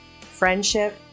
friendship